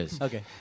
Okay